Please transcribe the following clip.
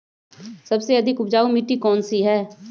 सबसे अधिक उपजाऊ मिट्टी कौन सी हैं?